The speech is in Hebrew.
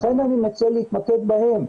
לכן אני מציע להתמקד בהם.